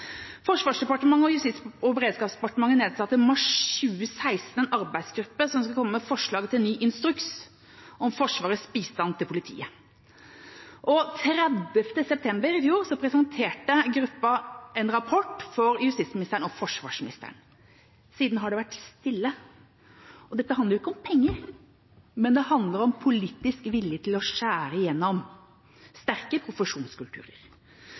Forsvarsdepartementet og Justis- og beredskapsdepartementet nedsatte mars 2016 en arbeidsgruppe som skulle komme med forslag til ny instruks om Forsvarets bistand til politiet. Den 30. september i fjor presenterte gruppa en rapport for justisministeren og forsvarsministeren. Siden har det vært stille. Og dette handler jo ikke om penger, men det handler om politisk vilje til å skjære igjennom sterke profesjonskulturer.